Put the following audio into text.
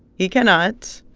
he cannot.